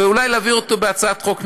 ואולי להעביר אותו בהצעת חוק נפרדת,